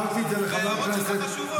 וההערות שלך חשובות.